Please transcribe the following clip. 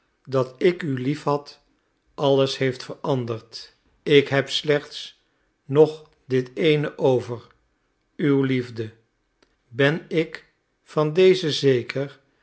dat ik u lief had alles heeft veranderd ik heb slechts nog dit ééne over uwe liefde ben ik van deze zeker